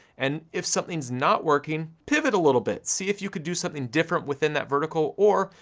and if something's not working pivot a little bit, see if you could do something different within that vertical. or,